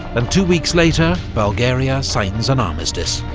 and two weeks later bulgaria signs an armistice.